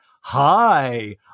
hi